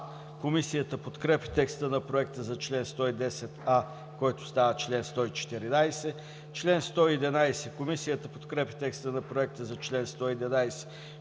Комисията подкрепя текста на Проекта за чл. 110а, който става чл. 114. Комисията подкрепя текста на Проекта за чл. 111,